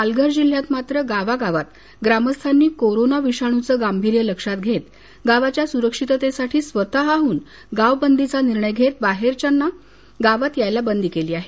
पालघर जिल्ह्यात मात्र ग्रामीण भागातल्या गावागावांत ग्रामस्थांनी कोरोना विषाणुचं गंभीर्य लक्षात घेता गावाच्या सुरक्षिततेसाठी स्वतहन गावं बंदीचा निर्णय घेत बाहेरच्या लोकांना गावांत यायला बंदी केली आहे